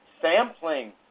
sampling